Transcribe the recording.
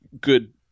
good